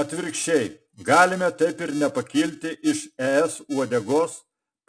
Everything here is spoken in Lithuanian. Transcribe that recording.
atvirkščiai galime taip ir nepakilti iš es uodegos